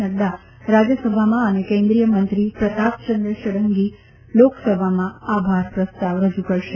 નડ્ર રાજયસભામાં અને કેન્દ્રીય મંત્રી પ્રતાપચંદ્ર ષડંગી લોકસભામાં આભાર પ્રસ્તાવ રજુ કરશે